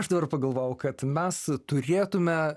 aš dabar pagalvojau kad mes turėtume